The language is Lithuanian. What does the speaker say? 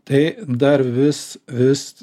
tai dar vis vis